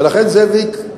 ולכן, זאביק,